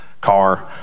car